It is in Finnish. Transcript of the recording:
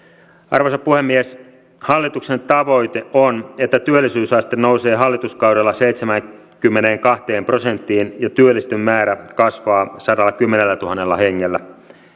arvoisa puhemies hallituksen tavoite on että työllisyysaste nousee hallituskaudella seitsemäänkymmeneenkahteen prosenttiin ja työllisten määrä kasvaa sadallakymmenellätuhannella hengellä